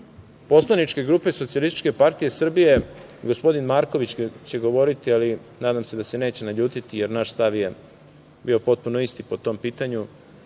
poslaničke grupe Socijalističke partije Srbije, gospodin Marković će govoriti, ali nadam se da se neće naljutiti, jer naš stav je bio potpuno isti po tom pitanju,